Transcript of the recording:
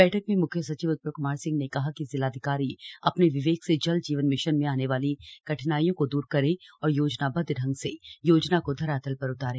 बैठक में मुख्य सचिव उत्पल क्मार सिंह ने कहा कि जिलाधिकारी अपने विवेक से जल जीवन मिशन में आने वाली कठिनाइयों को दूर करें और योजनाबद्व ढंग से योजना को धरातल पर उतारें